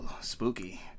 spooky